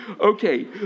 Okay